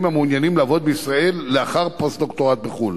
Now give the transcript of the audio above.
המעוניינים לעבוד בישראל לאחר פוסט-דוקטורט בחו"ל.